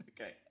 Okay